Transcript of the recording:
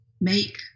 make